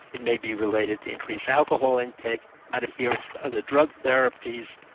it may be related to increased alcohol intake and adherence to other drug therapies.